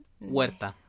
Huerta